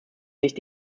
nicht